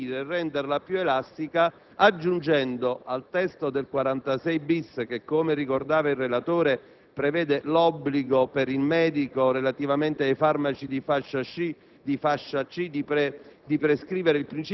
e chiedo di poterla alleggerire rendendola più elastica, aggiungendo al testo dell'articolo 46-*bis* (che, come ricorda il relatore, prevede l'obbligo per il medico relativamente ai farmaci di fascia C)